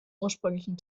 ursprünglichen